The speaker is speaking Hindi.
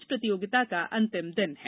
आज प्रतियोगिता का अंतिम दिन है